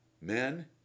Men